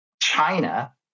China